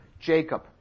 Jacob